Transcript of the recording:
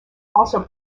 also